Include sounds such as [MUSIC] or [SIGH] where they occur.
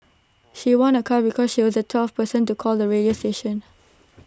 she won A car because she was the twelfth person to call the [NOISE] radio station